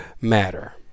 matter